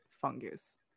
fungus